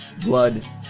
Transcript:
blood